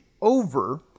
over